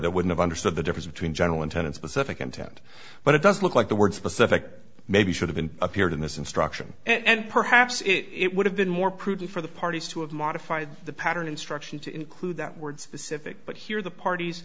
that would have understood the difference between general intent and specific intent but it does look like the word specific maybe should have been appeared in this instruction and perhaps it would have been more prudent for the parties to have modified the pattern instruction to include that word specific but here the parties